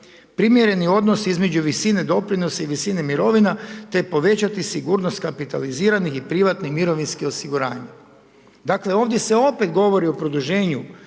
Primjereni odnos između visine doprinosa i visine mirovina te povećati sigurnost kapitaliziranih i prihvatnih mirovinskih osiguranja. Dakle, ovdje se opet govori o produženju